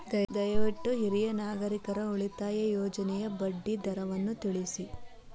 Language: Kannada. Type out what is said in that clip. ದಯವಿಟ್ಟು ಹಿರಿಯ ನಾಗರಿಕರ ಉಳಿತಾಯ ಯೋಜನೆಯ ಬಡ್ಡಿ ದರವನ್ನು ತಿಳಿಸಿ